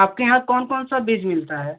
आपके यहाँ कौन कौन सा बीज मिलता है